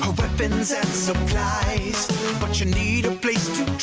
weapons and supplies but you need a place to